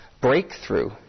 breakthrough